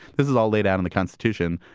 this is all laid out in the constitution.